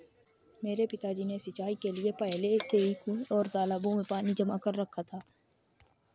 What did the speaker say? मेरे पिताजी ने सिंचाई के लिए पहले से कुंए और तालाबों में पानी जमा कर रखा है